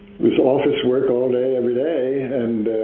was office work all day every day and